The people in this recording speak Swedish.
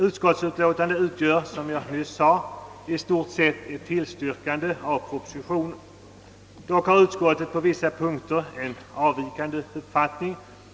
Utskottsutlåtandet utgör, som jag nyss sade, i stort sett ett tillstyrkande av propositionen. Dock har utskottet på vissa punkter en avvikande uppfattning.